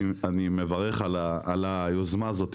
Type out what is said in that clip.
אני מברך על היוזמה הזו.